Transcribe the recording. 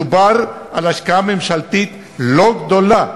מדובר על השקעה ממשלתית לא גדולה,